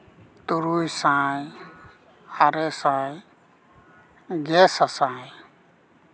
ᱛᱩᱨᱩᱭ ᱥᱟᱭ ᱟᱨᱮ ᱥᱟᱭ ᱜᱮ ᱥᱟᱥᱟᱭ